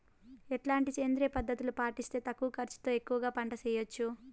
ఎట్లాంటి సేంద్రియ పద్ధతులు పాటిస్తే తక్కువ ఖర్చు తో ఎక్కువగా పంట చేయొచ్చు?